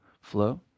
flow